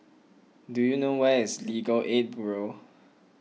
do you know where is Legal Aid Bureau